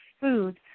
foods